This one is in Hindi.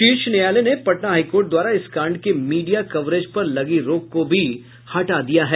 शीर्ष न्यायालय ने पटना हाईकोर्ट द्वारा इस कांड के मीडिया कवरेज पर लगी रोक को भी हटा दिया है